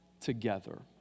together